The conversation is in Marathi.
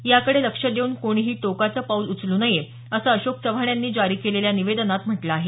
याकडे लक्ष देऊन कोणीही टोकाचं पाऊल उचलू नये असं अशोक चव्हाण यांनी जारी केलेल्या निवेदनात म्हटलं आहे